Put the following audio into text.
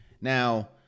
Now